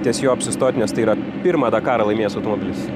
ties juo apsistot nes tai yra pirmą dakarą laimėjęs automobilis